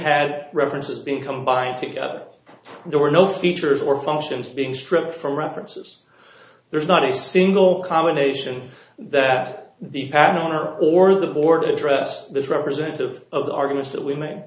had references been combined together there were no features or functions being stripped from references there's not a single combination that the pad owner or the board address this representative of the arguments that we ma